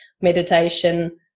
meditation